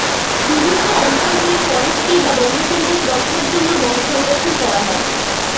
বিভিন্ন অঞ্চল জুড়ে ফরেস্ট্রি বা বন্য পরিবেশ রক্ষার জন্য বন সংরক্ষণ করা হয়